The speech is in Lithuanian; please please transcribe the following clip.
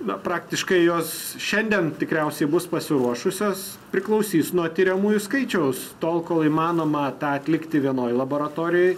na praktiškai jos šiandien tikriausiai bus pasiruošusios priklausys nuo tiriamųjų skaičiaus tol kol įmanoma tą atlikti vienoj laboratorijoj